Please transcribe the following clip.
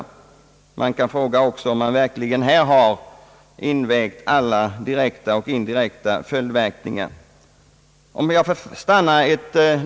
Frågan är också om man verkligen här har övervägt alla direkta och indirekta verkningar.